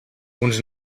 uns